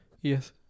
Yes